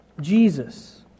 Jesus